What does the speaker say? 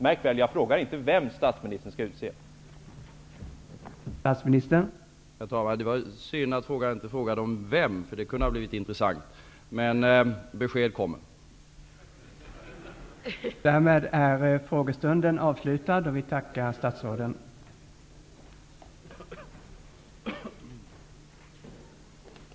Märk väl att jag inte frågar vem statsministern kommer att utse.